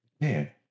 man